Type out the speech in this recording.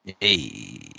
Hey